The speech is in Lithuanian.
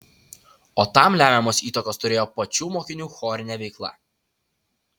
o tam lemiamos įtakos turėjo pačių mokinių chorinė veikla